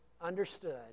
understood